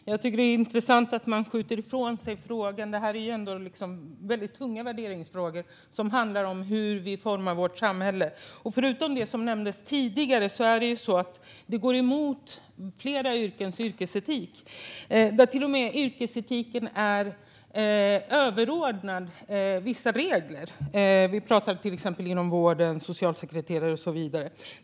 Herr talman! Jag tycker att det är intressant att man skjuter ifrån sig frågan. Det här är ändå väldigt tunga värderingsfrågor som handlar om hur vi formar vårt samhälle. Förutom det som nämndes tidigare är det så att detta går emot flera yrkens yrkesetik, som till och med är överordnad vissa regler. Det gäller till exempel vården, socialsekreterare och så vidare.